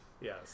Yes